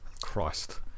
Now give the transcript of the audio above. Christ